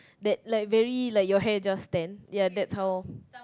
that like very like your hair just stands ya that's how